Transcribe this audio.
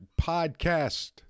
Podcast